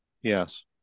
yes